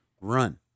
run